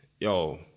yo